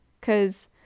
Cause